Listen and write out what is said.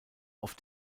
auf